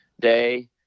day